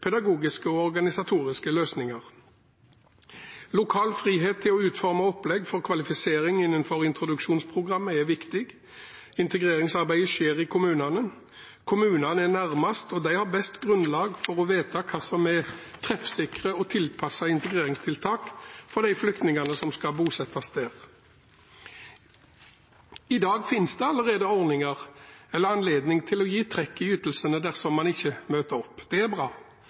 pedagogiske og organisatoriske løsninger. Lokal frihet til å utforme opplegg for kvalifisering innenfor introduksjonsprogrammet er viktig. Integreringsarbeidet skjer i kommunene. Kommunene er nærmest, og de har best grunnlag for å vite hva som er treffsikre og tilpassede integreringstiltak for de flyktningene som skal bosettes der. I dag finnes det allerede anledning til å gi trekk i ytelsene dersom man ikke møter opp. Det er bra.